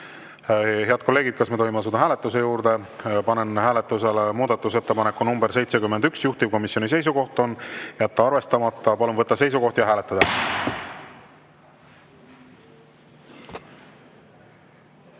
Head kolleegid, kas me tohime asuda hääletuse juurde? Panen hääletusele muudatusettepaneku nr 71, juhtivkomisjoni seisukoht on jätta arvestamata. Palun võtta seisukoht ja hääletada!